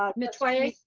um metoyer.